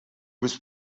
was